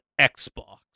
Xbox